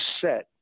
set